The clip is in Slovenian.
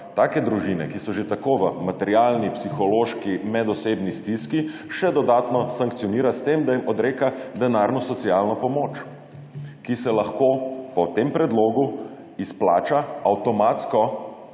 Take družine, ki so že tako v materialni, psihološki, medosebni stiski, še dodatno sankcionira s tem, da jim odreka denarno socialno pomoč, ki se lahko po tem predlogu izplača avtomatsko,